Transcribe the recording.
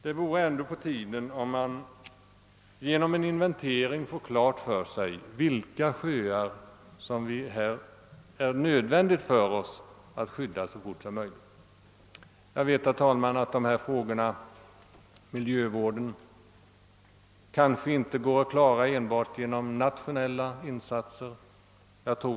Det är ändå på tiden att vi genom en inventering får klart för oss vilka sjöar som måste skyddas så fort som möjligt. Jag vet, herr talman, att dessa frågor om miljövården kanske inte går att klara upp enbart genom nationella insatser.